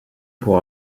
pour